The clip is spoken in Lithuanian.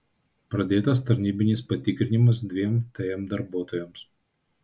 pradėtas tarnybinis patikrinimas dviem tm darbuotojams